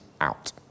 out